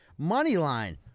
Moneyline